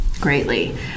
greatly